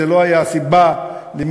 זו לא הייתה הסיבה למינויו,